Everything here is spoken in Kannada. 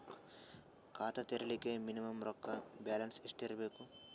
ಖಾತಾ ತೇರಿಲಿಕ ಮಿನಿಮಮ ರೊಕ್ಕ ಬ್ಯಾಲೆನ್ಸ್ ಎಷ್ಟ ಇರಬೇಕು?